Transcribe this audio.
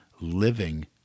living